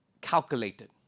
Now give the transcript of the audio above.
calculated